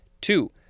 Two